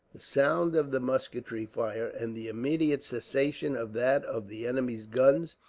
the sound of the musketry fire, and the immediate cessation of that of the enemy's guns,